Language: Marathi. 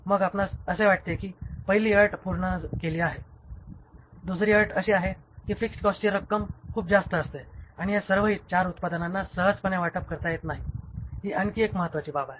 मग आपणास असे वाटते की आपण पहिली अट पूर्ण केली आहे दुसरी अट अशी आहे की फिक्स्ड कॉस्टची रक्कम खूप जास्त असते आणि हे सर्व चारही उत्पादनांना सहजपणे वाटप करता येत नाही ही आणखी एक महत्वाची बाब आहे